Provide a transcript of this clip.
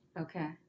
okay